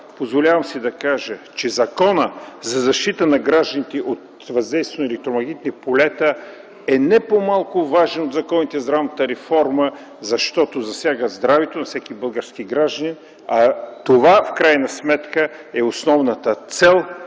позволявам да кажа, че Законът за защита на гражданите от бездействието на електромагнитни полета е не по-малко важен закон за здравната реформа, защото засяга здравето на всеки български гражданин, а това в крайна сметка е основната цел